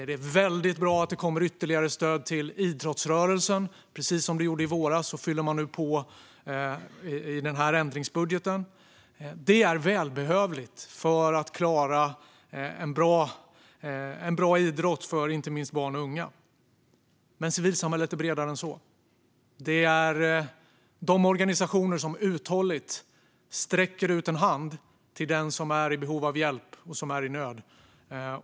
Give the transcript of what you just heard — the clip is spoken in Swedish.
Det är väldigt bra att det kommer ytterligare stöd till idrottsrörelsen. Precis som man gjorde i våras fyller man nu på i den här ändringsbudgeten. Det är välbehövligt för att klara en bra idrott för inte minst barn och unga. Men civilsamhället är bredare än så. Det gäller de organisationer som uthålligt sträcker ut en hand till den som är i behov av hjälp och som är i nöd.